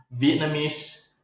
Vietnamese